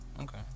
Okay